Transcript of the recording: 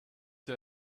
the